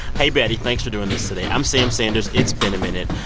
hey, betty, thanks for doing this today. i'm sam sanders. it's been a minute.